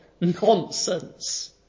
nonsense